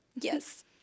yes